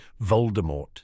Voldemort